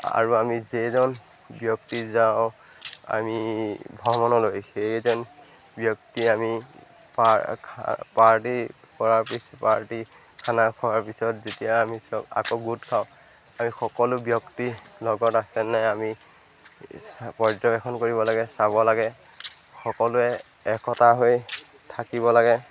আৰু আমি যেইজন ব্যক্তি যাওঁ আমি ভ্ৰমণলৈ সেইজন ব্যক্তি আমি পাৰ পাৰ্টি কৰাৰ পিছ পাৰ্টি খানা খোৱাৰ পিছত যেতিয়া আমি চব আকৌ গোট খাওঁ আমি সকলো ব্যক্তিৰ লগত আছেনে আমি পৰ্যবেক্ষণ কৰিব লাগে চাব লাগে সকলোৱে একতা হৈ থাকিব লাগে